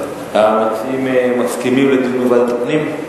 המציעים מסכימים לדיון בוועדת הפנים?